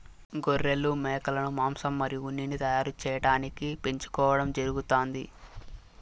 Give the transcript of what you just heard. గొర్రెలు, మేకలను మాంసం మరియు ఉన్నిని తయారు చేయటానికి పెంచుకోవడం జరుగుతాంది